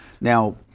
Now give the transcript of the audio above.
now